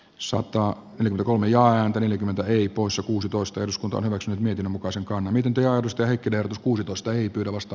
soutaa kolme ja häntä yli kymmentä eri poissa kuusitoista eduskunta on hyväksynyt niiden mukaisen kananiden teosten kid kuusitoista ei pyydä vasta